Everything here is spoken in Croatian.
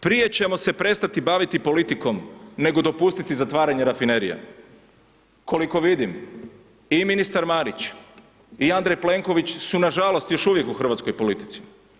Prije ćemo se prestati baviti politikom, nego dopustiti zatvaranje rafinerije.“ Koliko vidim, i ministar Marić i Andrej Plenković su nažalost još uvijek u hrvatskoj politici.